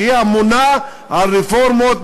שהיא אמונה על רפורמות,